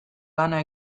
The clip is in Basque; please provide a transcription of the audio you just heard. lana